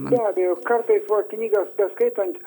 be abejo kartais va knygas beskaitant